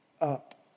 up